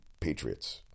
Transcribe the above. Patriots